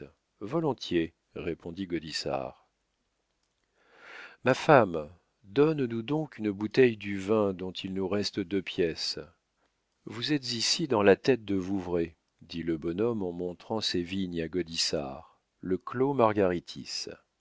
volontiers répondit gaudissart ma femme donne-nous donc une bouteille du vin dont il nous reste deux pièces vous êtes ici dans la tête de vouvray dit le bonhomme en montrant ses vignes à gaudissart le clos margaritis